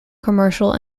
commercial